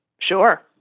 sure